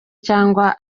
cyangwa